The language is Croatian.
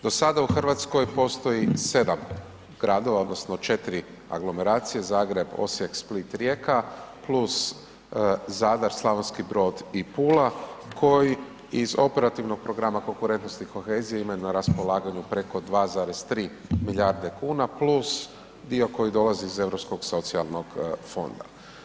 Do sada u Hrvatskoj postoji 7 gradova, odnosno 4 aglomeracije, Zagreb, Osijek, Split, Rijeka plus Zadar, Slavonski Brod i Pula koji iz Operativnog programa konkurentnost i kohezija ima na raspolaganju preko 2,3 milijarde kuna plus dio koji dolazi iz Europskog socijalnog fonda.